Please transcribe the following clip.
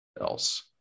else